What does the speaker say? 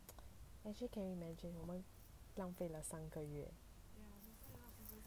actually can you imagine 我们浪费了三个月